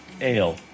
Ale